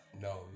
no